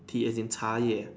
tea as in cha ye ya